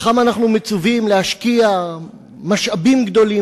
כמה אנחנו מצווים להשקיע משאבים גדולים